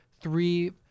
three